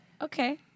Okay